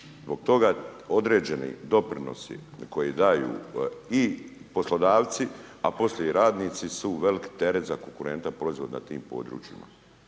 Zbog toga određeni doprinosi koje daju i poslodavci, a poslije i radnici su velik teret za konkurentan proizvod na tim područjima.